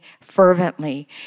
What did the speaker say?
fervently